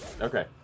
Okay